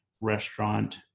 restaurant